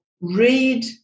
read